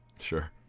Sure